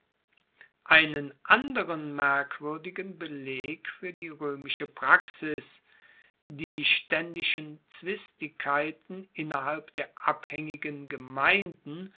einen anderen merkwuerdigen beleg fuer die roemische praxis die staendischen zwistigkeiten innerhalb der abhaengigen gemeinden